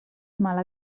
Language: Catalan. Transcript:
mala